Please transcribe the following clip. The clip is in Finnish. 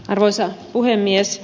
arvoisa puhemies